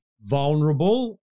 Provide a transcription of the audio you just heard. vulnerable